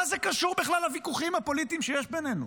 מה זה קשור בכלל לוויכוחים הפוליטיים שיש בינינו?